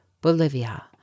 Bolivia